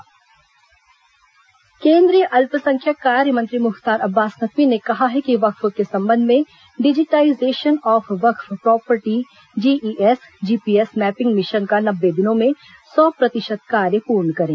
केन्द्रीय मंत्री वक्फ बोर्ड केन्द्रीय अल्पसंख्यक कार्यमंत्री मुख्तार अब्बास नकवी ने कहा है कि वक्फ के संबंध में डिजीटाईजेशन ऑफ वक्फ property GIS GPS mapping mission का नब्बे दिनों में सौ प्रतिशत कार्य पूर्ण करें